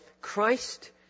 Christ